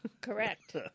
Correct